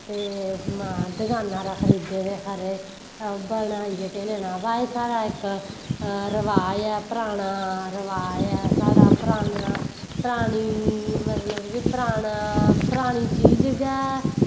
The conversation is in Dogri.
ते दकाना परा खरीदे दे खरे बनाइयै केह् लैना व साढ़ा इक्क रवाज ऐ पराना रवाज़ ऐ साढ़ा पराना परानी मतलव कि परानी चीज़ गै